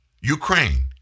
Ukraine